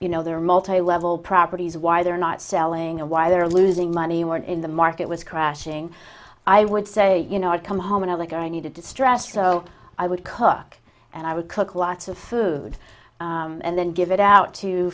you know their multilevel properties why they're not selling and why they're losing money or in the market was crashing i would say you know i'd come home and i like i needed to stress so i would cook and i would cook lots of food and then give it out to